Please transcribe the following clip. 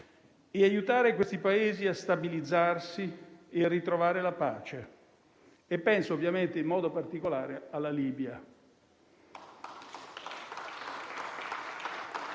e aiutare questi Paesi a stabilizzarsi e a ritrovare la pace (e penso ovviamente, in modo particolare, alla Libia).